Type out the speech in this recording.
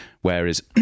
whereas